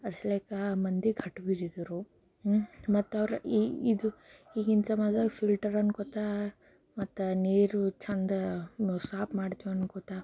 ಅಷ್ಟ್ಲೇಕಾ ಮಂದಿ ಕಟ್ಟು ಬಿದ್ದಿದ್ರು ಮತ್ತು ಅವರ ಇದು ಈಗಿನ ಜಮಾದಾಗ ಫಿಲ್ಟರ್ ಅಂದ್ಕೊಳ್ತಾ ಮತ್ತಾ ನೀರು ಚೆಂದ ಸಾಪ್ ಮಾಡ್ತೀವಿ ಅಂದ್ಕೊಳ್ತಾ